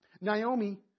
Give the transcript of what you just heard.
Naomi